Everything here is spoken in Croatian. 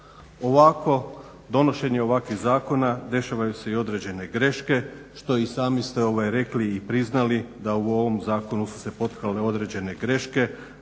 Ovako, donošenje ovakvih zakona dešavaju se i određene greške što i sami ste rekli i priznali da u ovom zakonu su se potkrale određene greške.